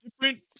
different